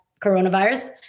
coronavirus